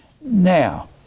Now